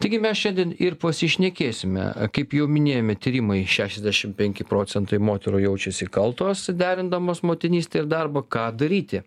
taigi mes šiandien ir pasišnekėsime kaip jau minėjome tyrimai šešiasdešim penki procentai moterų jaučiasi kaltos derindamos motinystę ir darbą ką daryti